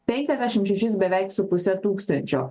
penkiasdešim šešis beveik su puse tūkstančio